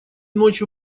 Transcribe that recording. ночью